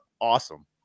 awesome